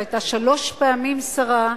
שהיתה שלוש פעמים שרה,